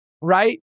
right